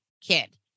kid